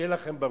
שיהיה לכם ברור.